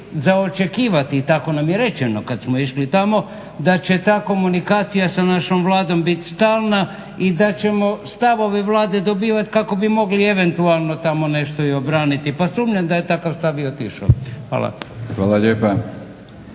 za očekivati tako nam je rečeno kad smo išli tamo da će ta komunikacija sa našom Vladom biti stalna i da ćemo stavove Vlade dobivati kako bi mogli eventualno tamo nešto i obraniti. Pa sumnjam da je takav stav i otišao. Hvala. **Batinić,